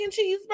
Cheeseburger